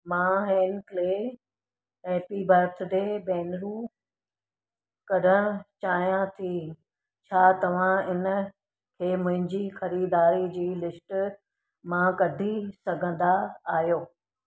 मां हेनक्ले happy birthday बैनरुं कढण चाहियां थी छा तव्हां इनखे मुंहिंजी ख़रीदारी जी लिस्ट मां कढी सघंदा आहियो